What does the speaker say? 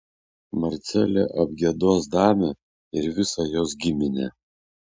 marcelė apgiedos damę ir visą jos giminę